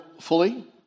fully